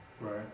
Right